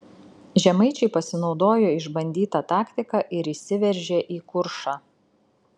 žemaičiai pasinaudojo išbandyta taktika ir įsiveržė į kuršą